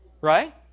Right